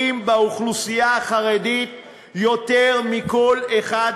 לזכותו של יושב-ראש הוועדה יש להגיד כי נהג ביושרה,